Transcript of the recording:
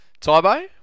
Tybo